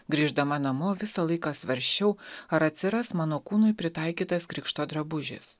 grįždama namo visą laiką svarsčiau ar atsiras mano kūnui pritaikytas krikšto drabužis